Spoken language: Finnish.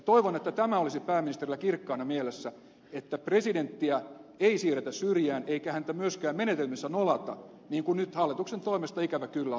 toivon että tämä olisi pääministerillä kirkkaana mielessä että presidenttiä ei siirretä syrjään eikä häntä myöskään menetelmissä nolata niin kuin nyt hallituksen toimesta ikävä kyllä on tapahtunut